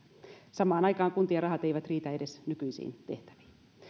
samaan aikaan kuntien rahat eivät riitä edes nykyisiin tehtäviin